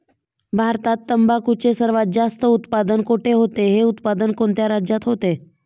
भारतात तंबाखूचे सर्वात जास्त उत्पादन कोठे होते? हे उत्पादन कोणत्या राज्यात होते?